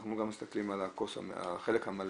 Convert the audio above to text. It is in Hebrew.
אנחנו גם מסתכלים על החלק המלא,